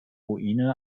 ruine